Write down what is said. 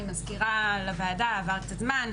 אני מזכירה לוועדה כי עבר קצת זמן,